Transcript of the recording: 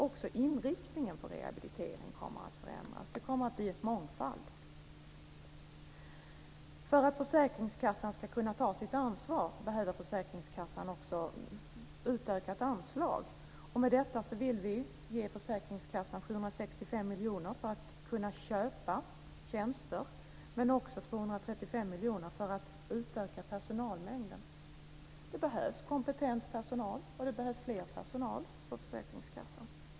Också inriktningen på rehabiliteringen kommer att förändras. Det kommer att bli en mångfald. För att försäkringskassan ska kunna ta sitt ansvar behöver den också utökat anslag. Vi vill ge försäkringskassan 765 miljoner för att kunna köpa tjänster men också 235 miljoner för att utöka personalmängden. Det behövs kompetent personal, och mer personal, på försäkringskassan.